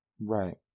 Right